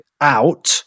out